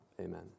amen